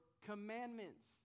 commandments